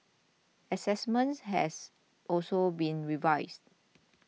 assessment has also been revised